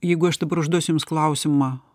jeigu aš dabar užduosiu jums klausimą